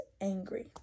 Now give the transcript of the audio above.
angry